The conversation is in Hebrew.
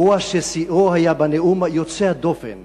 שיאו היה בנאום היוצא דופן